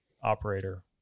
operator